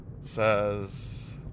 says